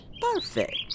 Perfect